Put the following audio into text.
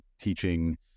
teaching